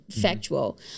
factual